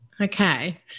Okay